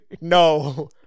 No